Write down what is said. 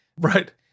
right